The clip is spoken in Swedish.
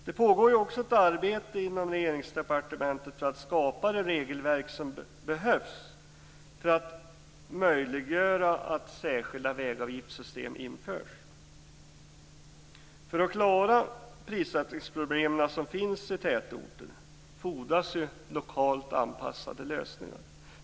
Det pågår ett arbete inom Regeringskansliet för att skapa det regelverk som behövs för att möjliggöra att särskilda vägavgiftssystem införs. För att klara prissättningsproblemen i tätorterna fordras lokalt anpassade lösningar.